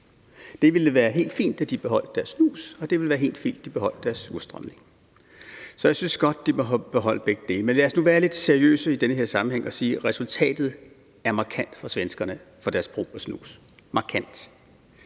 Det ville være helt fint, at de beholdt deres snus, og det ville være helt fint, at de beholdt deres surstrømning. Så jeg synes godt, at de må beholde begge dele, men lad os nu være lidt seriøse i den her sammenhæng og sige, at resultatet er markant for svenskerne og deres brug af snus – markant.